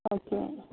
okay